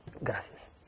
Gracias